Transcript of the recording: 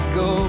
go